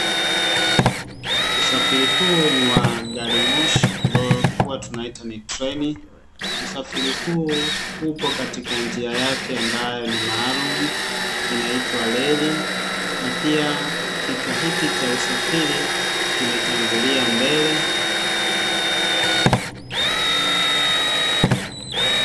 Usafiri huu ni wa gari moshi ambayo huwa tunaiita ni treni. Usafiri huu, upo katika njia yake ambayo ni maalumu, inaitwa reli na pia kichwa hiki cha usafiri kimetangulia mbele.